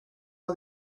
all